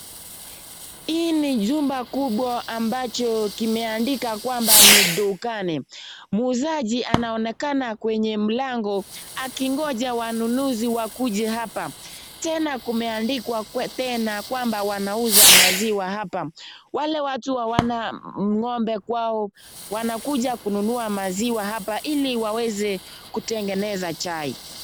Hii ni jumba kubwa ambacho kimeandika kwamba ni dukani. Muuzaji anaonekana kwenye mlango akingoja wanunuzi wakuja hapa. Tena kumeandikwa tena kwamba wanauza maziwa hapa. Wale watu hawana ng'ombe kwao, wanakuja kununua maziwa hapa ili waweze kutengeneza chai.